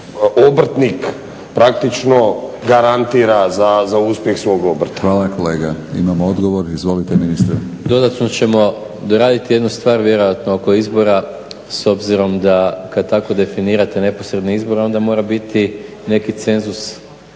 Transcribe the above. obrtnik praktično garantira za uspjeh svoga obrta. **Batinić, Milorad (HNS)** Hvala kolega. Imamo odgovor, izvolite ministre. **Maras, Gordan (SDP)** Dodatno ćemo doraditi jednu stvar vjerojatno oko izbora s obzirom kada tako definirate neposredne izbore onda mora biti i neki cenzus